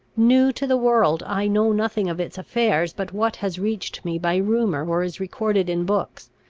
new to the world, i know nothing of its affairs but what has reached me by rumour, or is recorded in books.